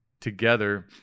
together